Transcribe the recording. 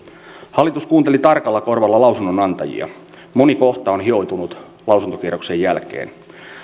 hallitus kuunteli tarkalla korvalla lausunnonantajia moni kohta on hioutunut lausuntokierroksen jälkeen